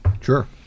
sure